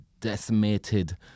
decimated